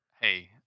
Hey